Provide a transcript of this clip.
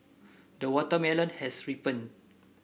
the watermelon has ripened